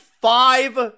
five